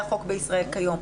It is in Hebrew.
זה החוק בישראל כיום.